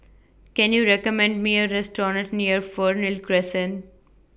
Can YOU recommend Me A Restaurant near Fernhill Crescent